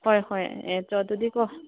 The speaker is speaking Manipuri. ꯍꯣꯏ ꯍꯣꯏ ꯑꯦ ꯆꯣ ꯑꯗꯨꯗꯤꯀꯣ